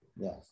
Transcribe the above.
Yes